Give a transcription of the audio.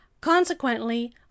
Consequently